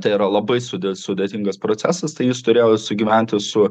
tai yra labai sudė sudėtingas procesas tai jis turėjo sugyventi su